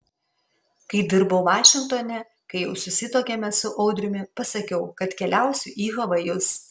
kai dirbau vašingtone kai jau susituokėme su audriumi pasakiau kad keliausiu į havajus